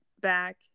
back